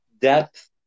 depth